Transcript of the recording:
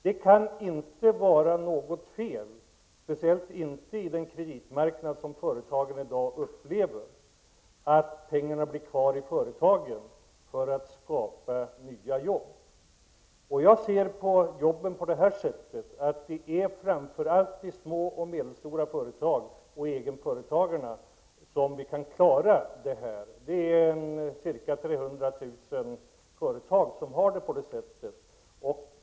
Det kan inte vara något fel, speciellt inte i den kreditmarknad som företagen i dag upplever, att låta pengarna stanna kvar i företagen och användas till att skapa nya jobb. Jag ser saken så här: Det är framför allt i de små och medelstora företagen och hos egenföretagarna som man kan klara av detta. Det rör sig om ca 300 000 företag som är i den här situationen.